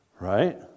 Right